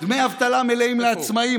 דמי אבטלה מלאים לעצמאים,